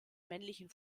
männlichen